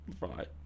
right